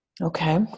Okay